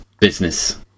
business